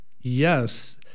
yes